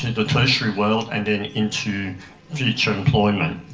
the tertiary world and then into future employment.